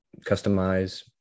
customize